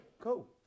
cool